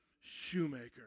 shoemaker